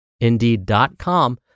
Indeed.com